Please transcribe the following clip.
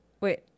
Wait